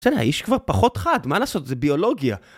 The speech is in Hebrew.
בסדר, איש כבר פחות חד, מה לעשות? זה ביולוגיה.